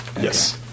Yes